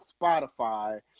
Spotify